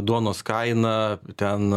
duonos kaina ten